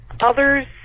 others